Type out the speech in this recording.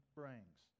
brings